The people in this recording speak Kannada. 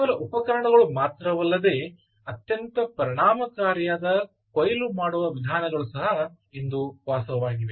ಕೇವಲ ಉಪಕರಣಗಳು ಮಾತ್ರವಲ್ಲದೆ ಅತ್ಯಂತ ಪರಿಣಾಮಕಾರಿಯಾದ ಕೊಯ್ಲು ಮಾಡುವ ವಿಧಾನಗಳು ಸಹ ಇದು ವಾಸ್ತವವಾಗಿವೆ